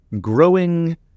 growing